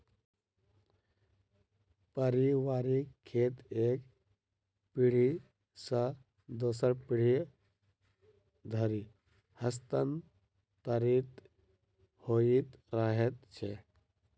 पारिवारिक खेत एक पीढ़ी सॅ दोसर पीढ़ी धरि हस्तांतरित होइत रहैत छै